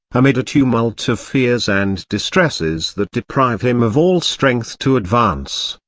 amid a tumult of fears and distresses that deprive him of all strength to advance,